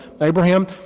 Abraham